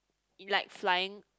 like flying